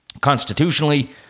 Constitutionally